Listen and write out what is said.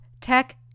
tech